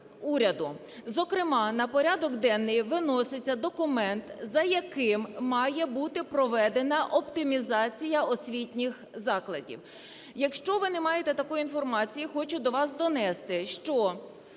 Зокрема, на порядок денний виноситься документ, за яким має бути проведена оптимізація освітніх закладів. Якщо ви не маєте такої інформації, хочу до вас донести, що